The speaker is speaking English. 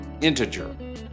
integer